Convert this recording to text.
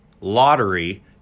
lottery